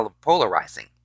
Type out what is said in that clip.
polarizing